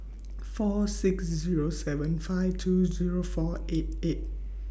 four six Zero seven five two Zero four eight eight